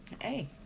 Hey